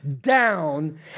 down